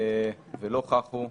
ולא כך הוא.